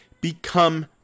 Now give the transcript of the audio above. become